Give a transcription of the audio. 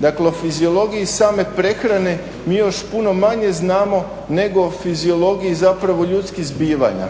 Dakle o fiziologiji same prehrane mi još puno manje znamo nego fiziologije zapravo ljudskih zbivanja